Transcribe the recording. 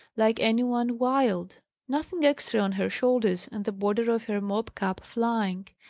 like any one wild nothing extra on her shoulders, and the border of her mob-cap flying.